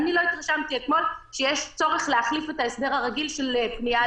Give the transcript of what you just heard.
שאני לא התרשמתי אתמול שיש צורך להחליף את ההסדר הרגיל של פנייה